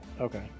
okay